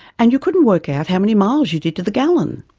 and you couldn't work out how many miles you did to the gallon.